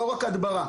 לא רק הדברה.